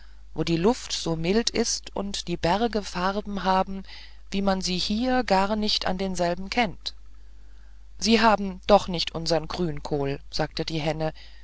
wo die luft so mild ist und die berge farbe haben wie man sie hier gar nicht an denselben kennt sie haben doch nicht unsern grünkohl sagte die henne